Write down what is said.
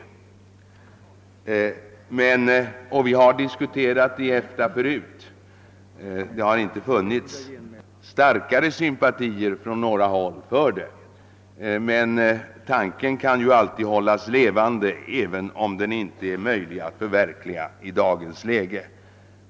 Vi har diskuterat saken i EFTA förut, men då har det inte funnits några starkare sympatier härför. Tanken kan emellertid hållas levande, även om den inte kan förverkligas i dagens läge.